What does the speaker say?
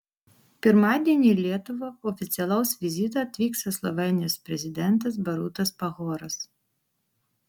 pirmadienį į lietuvą oficialaus vizito atvyksta slovėnijos prezidentas borutas pahoras